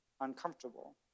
uncomfortable